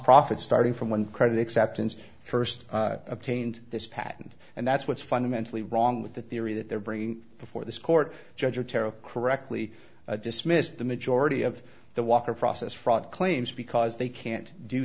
profits starting from one credit acceptance st obtained this patent and that's what's fundamentally wrong with the theory that they're bringing before this court judge otero correctly dismissed the majority of the walker process fraud claims because they can't do